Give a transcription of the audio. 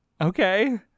Okay